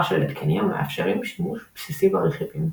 של התקנים המאפשרים שימוש בסיסי ברכיבים.